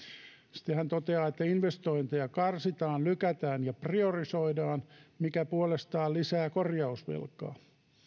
sitten hän toteaa että investointeja karsitaan lykätään ja priorisoidaan mikä puolestaan lisää korjausvelkaa